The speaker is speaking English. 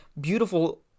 beautiful